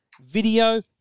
Video